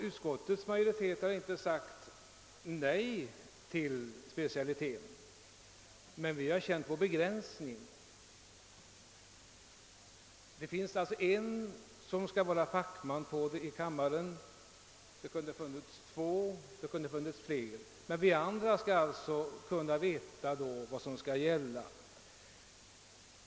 Utskottets majoritet har inte sagt nej till tanken på en specialitet på detta område, men vi har känt vår begränsning. Det finns en ledamot i kammaren som är fackman på området. Det kunde ha funnits två eller kanske fler, men det gäller också för oss andra att veta hur vi skall ställa oss.